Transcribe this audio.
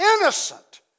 innocent